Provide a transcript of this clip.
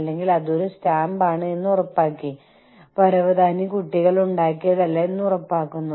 ഇക്കാലത്ത് ഒരു ചെറിയ പട്ടണത്തിൽ അതുപോലെ ഉൾപ്രദേശങ്ങളിൽ പോലും നിങ്ങൾക്ക് ഒരു പിസ്സ ഷോപ്പ് കണ്ടെത്താൻ കഴിയും